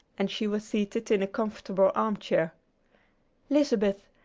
and she was seated in a comfortable arm-chair lizabeth,